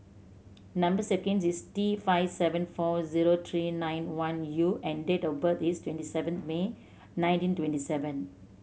number sequence is T five seven four zero three nine one U and date of birth is twenty seven May nineteen twenty one